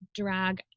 drag